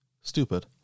stupid